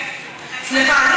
סליחה,